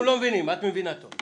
אנחנו לא מבינים, את מבינה טוב.